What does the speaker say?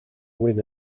win